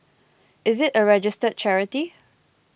is it a registered charity